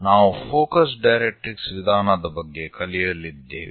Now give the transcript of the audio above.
ನಾವು focus directrix ವಿಧಾನದ ಬಗ್ಗೆ ಕಲಿಯಲಿದ್ದೇವೆ